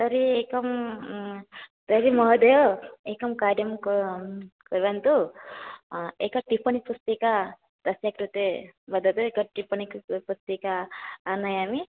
तर्हि एकं तर्हि महोदय एकं कार्यं कर्वन्तु एक टीप्पणी पुस्तिका तस्य कृते वदतु एक टिप्पणी पुस्तिका आनयामि